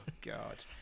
God